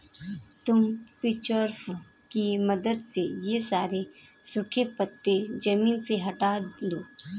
तुम पिचफोर्क की मदद से ये सारे सूखे पत्ते ज़मीन से हटा दो